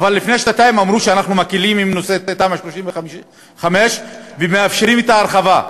אבל לפני שנתיים אמרו שאנחנו מקלים בנושא תמ"א 35 ומאפשרים את ההרחבה.